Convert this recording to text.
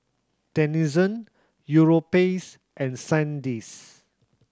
Denizen Europace and Sandisk